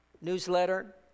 newsletter